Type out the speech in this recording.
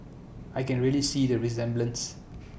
I can really see the resemblance